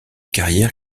carrière